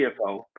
CFO